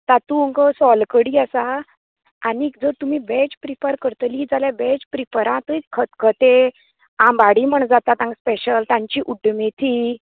तातूंत सोल कडी आसा आनीक जर तुमी वेज प्रिफर करतलीं जाल्यार वेज प्रिफरांतूय खतखतें आंबाडी म्हण जाता तांका स्पेशल तांची उड्डमेथी